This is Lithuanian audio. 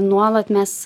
nuolat mes